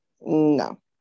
No